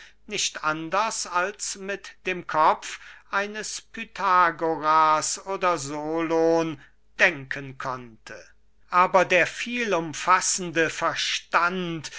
nicht anders als mit dem kopf eines pythagoras oder solon denken konnte aber der vielumfassende verstand